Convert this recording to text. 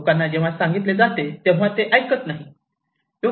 लोकांना जेव्हा सांगितले जाते तेव्हा ते ऐकत नाही